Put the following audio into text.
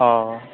অঁ